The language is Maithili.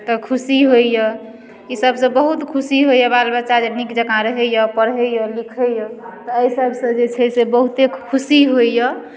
तऽ खुशी होइया ईसभसँ बहुत खुशी होइया बाल बच्चा जे नीक जकाँ रहैया पढ़ैया लिखैया तऽ एहि सभसँ जेछै से बहुते खुशी होइया